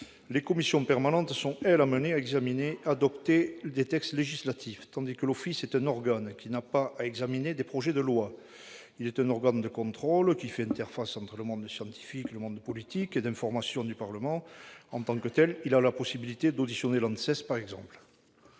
les commissions permanentes sont amenées à examiner des textes législatifs, l'OPECST est un organe qui n'a pas à connaître de projets de loi ; c'est un organe de contrôle qui assure l'interface entre le monde scientifique et le monde politique et un organe d'information du Parlement. En tant que tel, il a la possibilité d'auditionner l'ANSES, par exemple.